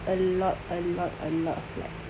a lot a lot a lot of blood